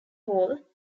hall